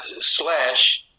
slash